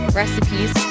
recipes